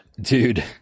Dude